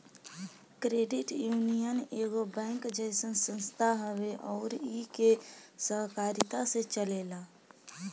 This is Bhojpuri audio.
क्रेडिट यूनियन एगो बैंक जइसन संस्था हवे अउर इ के सहकारिता से चलेला